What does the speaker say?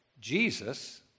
Jesus